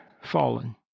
fallen